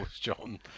John